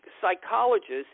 psychologists